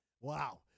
Wow